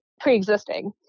pre-existing